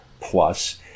Plus